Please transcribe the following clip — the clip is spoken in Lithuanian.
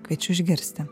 kviečiu išgirsti